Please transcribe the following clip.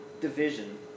division